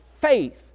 faith